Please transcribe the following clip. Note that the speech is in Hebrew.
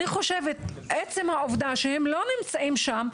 אני חושבת שעצם העובדה שהם לא נמצאים שם,